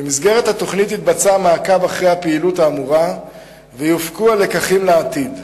במסגרת התוכנית יתבצע מעקב אחר הפעילות האמורה ויופקו הלקחים לעתיד.